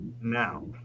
now